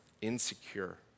insecure